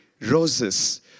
roses